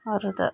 अरू त